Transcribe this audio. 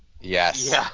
Yes